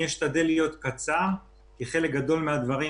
אני אשתדל להיות קצר כי חלק גדול מן הדברים